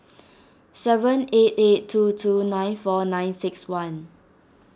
seven eight eight two two nine four nine six one